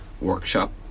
workshop